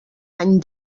any